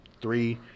three